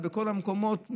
בכל המקומות,